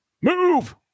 move